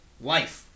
life